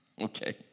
Okay